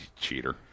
cheater